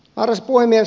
arvoisa puhemies